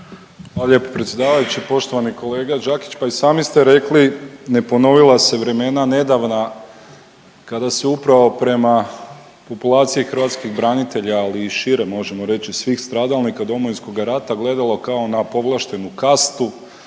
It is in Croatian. Hvala lijepo predsjedavajući. Poštovani kolega Đakić, pa i sami ste rekli ne ponovila se vremena nedavna kada se upravo prema populaciji hrvatskih branitelja, ali i šire možemo reći svih stradalnika Domovinskoga rata gledalo kao na povlaštenu kastu,